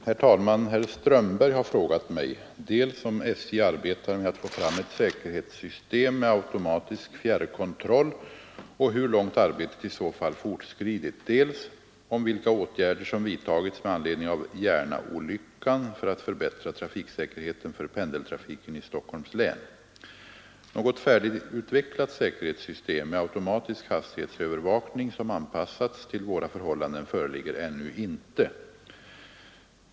Herr talman! Herr Strömberg har frågat mig dels om SJ arbetar med att få fram ett säkerhetssystem med automatisk fjärrkontroll och hur långt arbetet i så fall fortskridit, dels om vilka åtgärder som vidtagits med anledning av Järnaolyckan för att förbättra trafiksäkerheten för pendeltrafiken i Stockholms län. Något färdigutvecklat säkerhetssystem med automatisk hastighetsövervakning som anpassats till våra förhållanden föreligger ännu inte.